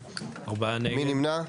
מי נמנע?